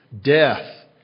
death